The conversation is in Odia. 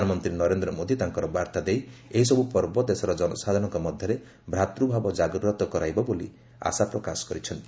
ପ୍ରଧାନମନ୍ତ୍ରୀ ନରେନ୍ଦ୍ର ମୋଦୀ ତାଙ୍କର ବାର୍ତ୍ତା ଦେଇ ଏହିସବୁ ପର୍ବ ଦେଶର ଜନସାଧାରଣଙ୍କ ମଧ୍ୟରେ ଭ୍ରାତୃଭାବ ଜାଗ୍ରତ କରାଇବ ବୋଲି ଆଶା ପ୍ରକାଶ କରିଛନ୍ତି